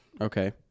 okay